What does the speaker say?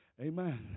Amen